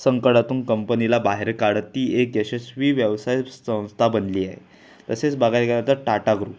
संकटातून कंपनीला बाहेर काढत ती एक यशस्वी व्यवसाय संस्था बनली आहे तसेच बघायला गेलं तर टाटा ग्रुप